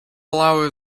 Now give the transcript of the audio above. allow